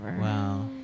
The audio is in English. Wow